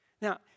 Now